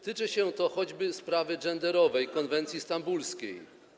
Tyczy się to choćby sprawy genderowej konwencji stambulskiej.